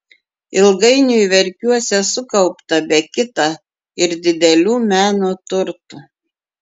ilgainiui verkiuose sukaupta be kita ir didelių meno turtų